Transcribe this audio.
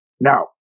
Now